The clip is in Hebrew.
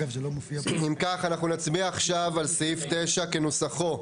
אם כך, אנחנו נצביע עכשיו על סעיף 9 כנוסחו.